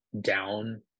down